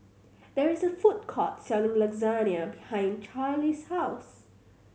there is a food court selling Lasagna behind Charly's house